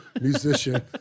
Musician